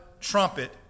trumpet